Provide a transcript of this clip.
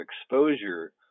exposure